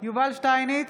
יובל שטייניץ,